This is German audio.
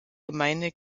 gemeinde